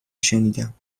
شنیدم